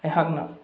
ꯑꯩꯍꯥꯛꯅ